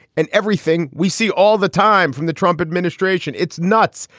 and everything we see all the time from the trump administration. it's nuts.